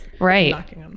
right